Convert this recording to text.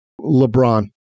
LeBron